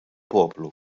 poplu